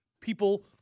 people